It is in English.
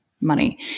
money